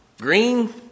green